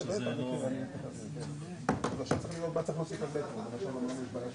ובהמשך נגלוש לפרק ד': תיאום תשתיות,